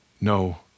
No